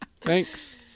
Thanks